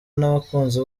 n’abakunzi